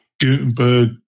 Gutenberg